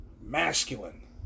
Masculine